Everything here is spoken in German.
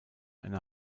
eine